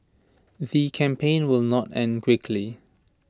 the campaign will not end quickly